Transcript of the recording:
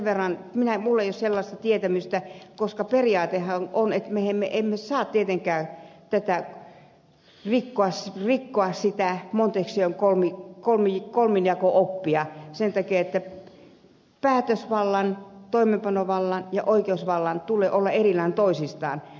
minulla ei ole sellaista tietämystä koska periaatehan on että me emme saa tietenkään rikkoa sitä montesquieun kolmijako oppia vaan päätösvallan toimeenpanovallan ja oikeusvallan tulee olla erillään toisistaan